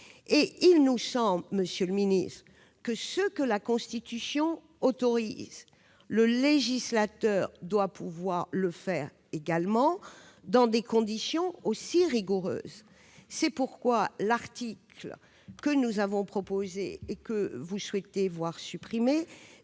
il nous semble que ce que la Constitution autorise, le législateur doit pouvoir le faire également, dans des conditions aussi rigoureuses. C'est pourquoi l'article que nous avons proposé, et que vous souhaitez supprimer,